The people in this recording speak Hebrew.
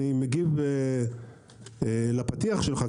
אני מגיב לפתיח שלך,